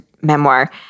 memoir